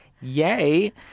Yay